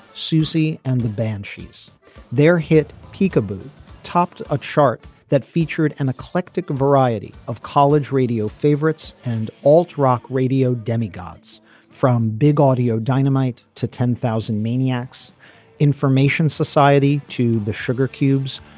susie and the band she's their hit peekaboo topped a chart that featured an eclectic variety of college radio favorites and alt rock radio demigods from big audio dynamite to ten thousand maniacs information society to the sugar cubes.